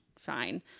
fine